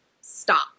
stop